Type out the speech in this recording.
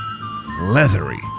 Leathery